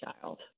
child